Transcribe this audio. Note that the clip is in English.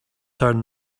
turn